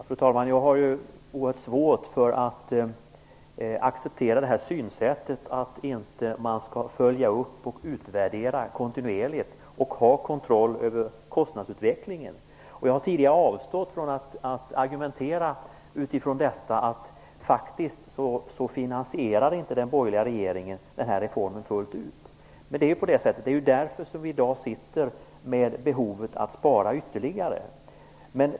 Fru talman! Jag har oerhört svårt att acceptera synsättet att man inte kontinuerligt skall följa upp och utvärdera och ha kontroll över kostnadsutvecklingen. Jag har tidigare avstått från att argumentera utifrån detta, men den borgerliga regeringen finansierade faktiskt inte denna reform fullt ut. Det är därför vi i dag sitter med behovet att spara ytterligare.